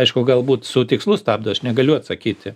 aišku galbūt su tikslu stabdo aš negaliu atsakyti